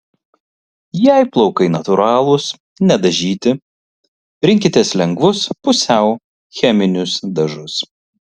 jei plaukai natūralūs nedažyti rinkitės lengvus pusiau cheminius dažus